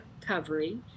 recovery